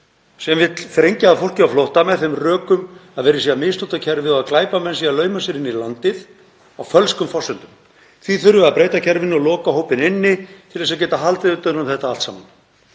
sem vill þrengja að fólki á flótta með þeim rökum að verið sé að misnota kerfið og glæpamenn séu að lauma sér inn í landið á fölskum forsendum. Því þurfum við að breyta kerfinu og loka hópinn inni til að geta haldið utan um þetta allt saman.